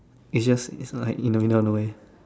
is just like in the middle of nowhere